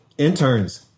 interns